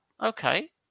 okay